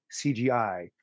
CGI